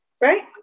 right